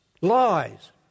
Lies